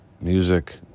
music